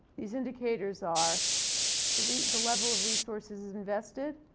these indicators are the the level of resources invested,